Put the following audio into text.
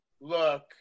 look